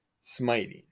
Smiting